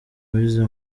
wize